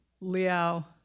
Liao